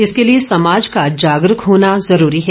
इसके लिए समाज का जागरूक होना जरूरी है